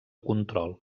control